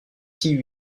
fille